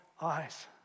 eyes